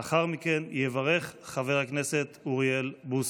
לאחר מכן יברך חבר הכנסת אוריאל בוסו.